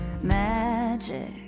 Magic